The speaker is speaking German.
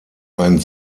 ein